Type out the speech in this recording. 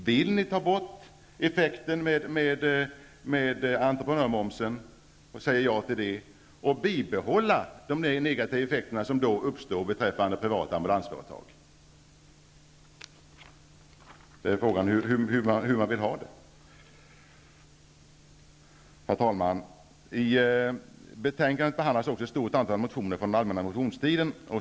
Vill ni ta bort effekten av entreprenörsmomsen och bibehålla de negativa effekter som uppstår beträffande privata ambulansföretag? Frågan är hur man vill ha det. Herr talman! I betänkandet behandlas också ett stort antal motioner från den allmänna motionstiden.